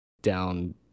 down